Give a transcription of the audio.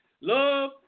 Love